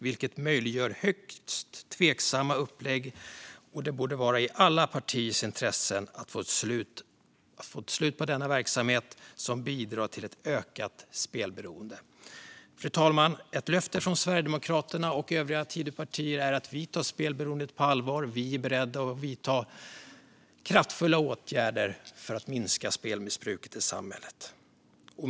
Det möjliggör högst tveksamma upplägg, och det borde vara i alla partiers intresse att få ett slut på denna verksamhet som bidrar till ett ökat spelberoende. Fru talman! Ett löfte från Sverigedemokraterna och övriga Tidöpartier är att vi tar spelberoendet på allvar och är beredda att vidta kraftfulla åtgärder för att minska spelmissbruket i samhället.